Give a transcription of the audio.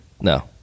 no